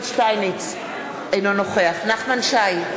אינו נוכח נחמן שי,